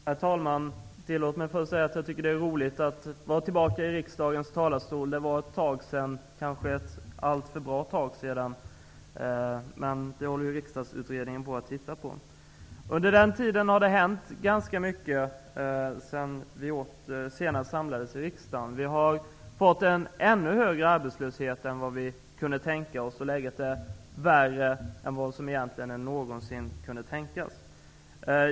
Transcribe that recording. Herr talman! Tillåt mig att först säga att jag tycker att det är roligt att vara tillbaka i riksdagens talarstol. Det var ett tag sedan, kanske ett alltför bra tag sedan. Men det håller riksdagsutredningen på att titta på. Det har hänt ganska mycket sedan vi senast samlades i riksdagen. Vi har fått en ännu högre arbetslöshet än vi kunde tänka oss. Läget är värre än som någonsin kunde tänkas.